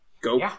go